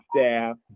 staff